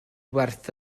werth